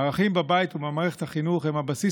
הערכים בבית ובמערכת החינוך הם הבסיס